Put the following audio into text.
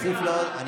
מי בתורנות עכשיו?